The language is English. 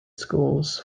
schools